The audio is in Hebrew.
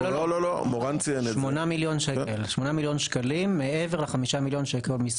8 מיליון שקלים מעבר ל-5 מיליון שקלים.